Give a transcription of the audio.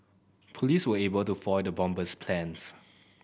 police were able to foil the bomber's plans